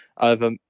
over